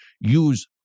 use